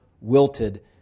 wilted